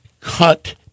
cut